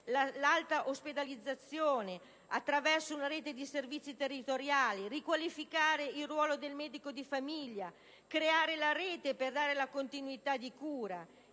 l'alta ospedalizzazione attraverso una rete di servizi territoriali, riqualificare il ruolo del medico di famiglia, creare la rete per dare la continuità di cura.